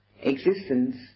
existence